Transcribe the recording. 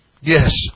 Yes